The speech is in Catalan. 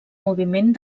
moviment